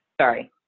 Sorry